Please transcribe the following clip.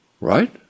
Right